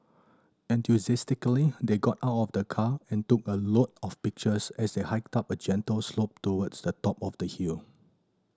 enthusiastically they got out of the car and took a lot of pictures as they hiked up a gentle slope towards the top of the hill